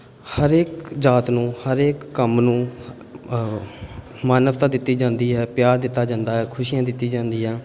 ਹਰੇਕ ਜਾਤ ਨੂੰ ਹਰੇਕ ਕੰਮ ਨੂੰ ਮਾਨਵਤਾ ਦਿੱਤੀ ਜਾਂਦੀ ਹੈ ਪਿਆਰ ਦਿੱਤਾ ਜਾਂਦਾ ਹੈ ਖੁਸ਼ੀਆਂ ਦਿੱਤੀ ਜਾਂਦੀਆਂ